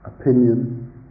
opinion